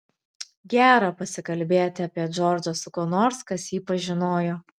gera pasikalbėti apie džordžą su kuo nors kas jį pažinojo